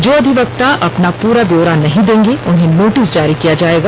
जो अधिवक्ता अपना पूरा ब्योरा नहीं देगें उन्हें नोटिस जारी किया जाएगा